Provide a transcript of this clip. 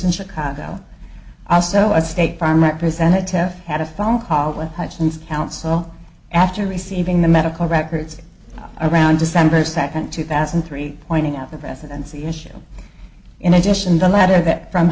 in chicago also a state farm representative had a phone call with hutchins counsel after receiving the medical records around december second two thousand and three pointing out the president's initial in addition the letter that from